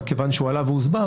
אבל כיוון שהוא עלה והוסבר